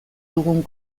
dugun